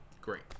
Great